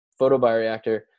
photobioreactor